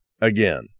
Again